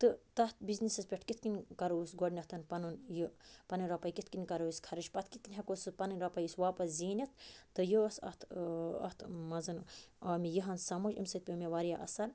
تہٕ تَتھ بِزنٕسَس پٮ۪ٹھ کِتھٕ کٔنۍ کَرو أسۍ گۄڈٕنٮ۪تھ پَنُن یہِ پَنٕنۍ رۄپے کِتھٕ کٔنۍ کَرو أسۍ خرٕچ پَتہٕ کِتھٕ کٔنۍ ہیٚکو سُہ پَنٕنۍ رۄپے أسۍ واپَس زیٖنِتھ تہٕ یہِ اوس اَتھ اَتھ منٛز آو مےٚ یِہَن سَمٕجھ اَمہِ سۭتۍ پیوٚو مےٚ واریاہ اَثَر